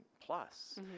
plus